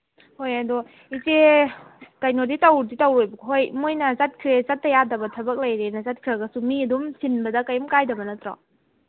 ꯍꯣꯏ ꯑꯗꯣ ꯏꯆꯦ ꯀꯩꯅꯣꯗꯤ ꯇꯧꯗꯤ ꯇꯧꯔꯣꯏꯕ ꯍꯣꯏ ꯃꯣꯏꯅ ꯆꯠꯈ꯭ꯔꯦ ꯆꯠꯇ ꯌꯥꯗꯕ ꯊꯕꯛ ꯂꯩꯔꯦꯅ ꯆꯠꯈ꯭ꯔꯒꯁꯨ ꯃꯤ ꯑꯗꯨꯝ ꯁꯤꯟꯕꯗ ꯀꯩꯝ ꯀꯥꯏꯗꯕ ꯅꯠꯇ꯭ꯔꯣ